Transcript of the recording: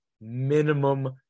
minimum